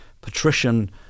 patrician